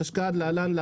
התשכ"ד-1963 (להלן- החוק),